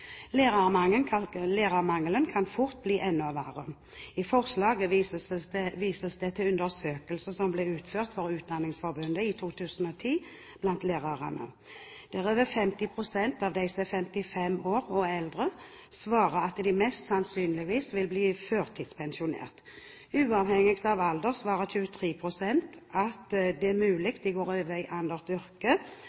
Lærermangelen kan fort bli enda verre. I forslaget vises det til en undersøkelse som ble utført for Utdanningsforbundet i 2010 blant lærerne, der over 50 pst. av dem som er 55 år og eldre, svarer at de mest sannsynlig vil bli førtidspensjonert. Uavhengig av alder svarer 23 pst. at det er